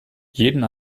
jeden